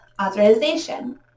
authorization